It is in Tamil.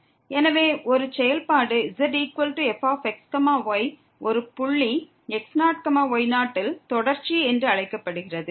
எனவே ஒரு செயல்பாடு zfx y ஒரு புள்ளி x0 y0 யில் தொடர்ச்சி என்று அழைக்கப்படுகிறது